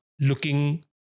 looking